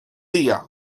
día